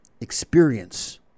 experience